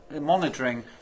monitoring